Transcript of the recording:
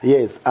Yes